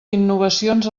innovacions